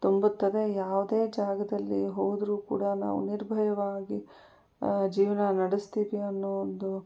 ತುಂಬುತ್ತದೆ ಯಾವುದೇ ಜಾಗದಲ್ಲಿ ಹೋದರೂ ಕೂಡ ನಾವು ನಿರ್ಭಯವಾಗಿ ಜೀವನ ನಡೆಸ್ತೀವಿ ಅನ್ನೋ ಒಂದು